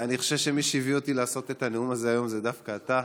אני חושב שמי שהביא אותי לעשות את הנאום הזה היום זה דווקא אתה,